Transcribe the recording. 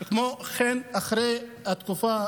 כמו כן, אחרי התקופה הראשונה,